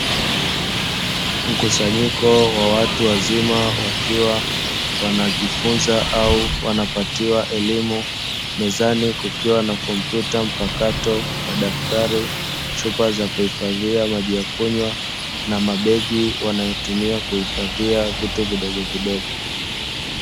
Mkusanyiko wa watu wazima, wakiwa wanajifunza au wanapatiwa elimu. Mezani kukiwa na kompyuta mpakato, madaftari, chupa za kuhifadhia maji ya kunywa na mabegi wanayotumia kuhifadhia vitu vidogo vidogo.